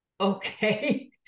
okay